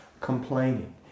complaining